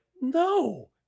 no